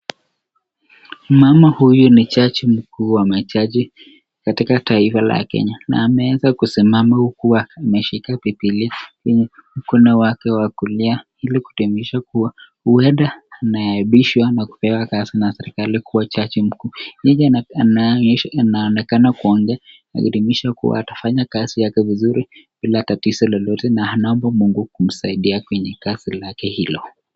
Mama huyu ni jaji mkuu wa majaji katika taifa la Kenya na ameweza kusimama huku ameshika bibilia kwenye mkono wake wa kulia ili kutimisha kuwa huenda anaapishwa na kupewa kazi na serikali kuwa jaji mkuu. Yeye anaonekana kuongea na kuadimisha kuwa atafanya kazi yake vizuri bila tatizo lolote na anaomba mungu kumsaidia kwenye kazi lake hilo.